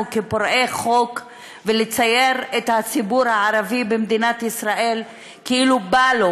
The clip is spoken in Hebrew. כפורעי חוק ולצייר את הציבור הערבי במדינת ישראל כאילו בא לו